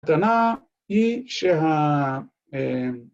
‫תנא היא שה...